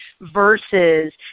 versus